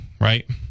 right